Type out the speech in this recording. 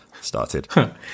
started